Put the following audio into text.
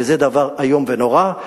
וזה דבר איום ונורא.